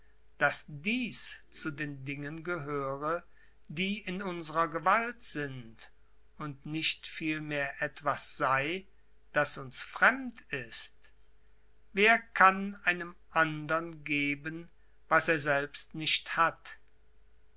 daß dieß zu den dingen gehöre die in unsrer gewalt sind und nicht vielmehr etwas sei das uns fremd ist wer kann einem andern geben was er selbst nicht hat